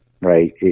right